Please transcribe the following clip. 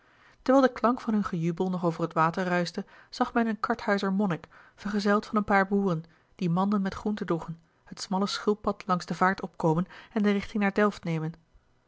terwijl de klank van hun gejubel nog over het water ruischte zag men een karthuizer monnik vergezeld van een paar boeren die manden met groente droegen het smalle schulppad langs de vaart opkomen en de richting naar delft nemen